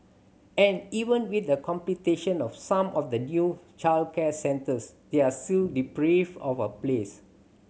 and even with the completion of some of the new childcare centres they are still deprived of a place